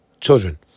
children